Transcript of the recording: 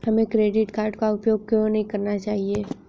हमें credit card का उपयोग क्यों नहीं करना चाहिए?